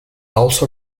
also